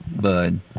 Bud